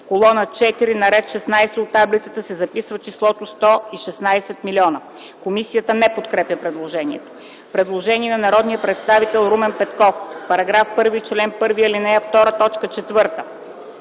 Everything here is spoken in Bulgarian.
В колона 4 на ред 16 от таблицата се записва числото „116 000,0”.” Комисията не подкрепя предложението. Предложение на народния представител Румен Петков. „В § 1, чл. 1, ал.